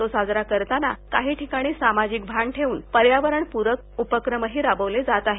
तो साजरा करताना काही ठिकाणी सामाजिक भान ठेऊन पर्यावरणपूरक उपक्रमही राबवले जात आहेत